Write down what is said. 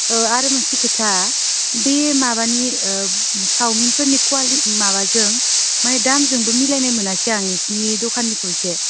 औ आरो मोनसे खोथा बे माबानि चावमिनफोरनि कुवालिटि माबाजों माने दामजोंबो मिलायनाय मोनासै आं नोंसोरनि दखाननिखौ इसे